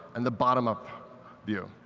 and the bottom-up view.